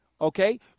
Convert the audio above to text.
Okay